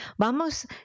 vamos